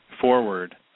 Forward